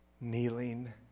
kneeling